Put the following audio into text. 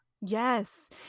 Yes